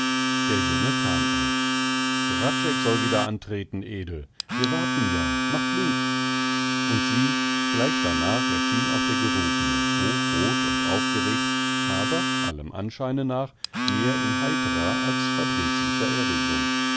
der junge kam auch hradscheck soll wieder antreten ede wir warten ja mach flink und sieh gleich darnach erschien auch der gerufene hochroth und aufgeregt aber allem anscheine nach mehr in heiterer als verdrießlicher erregung